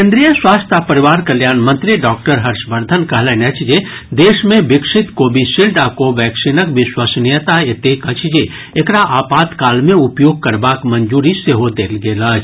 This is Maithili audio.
केन्द्रीय स्वास्थ्य आ परिवार कल्याण मंत्री डॉक्टर हर्षवर्धन कहलनि अछि जे देश मे विकसित कोविशील्ड आ कोवैक्सीनक विश्वसनीयता एतेक अछि जे एकरा आपात काल मे उपयोग करबाक मंजूरी सेहो देल गेल अछि